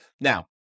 Now